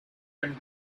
and